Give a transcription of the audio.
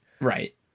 Right